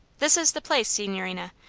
this is the place, signorina.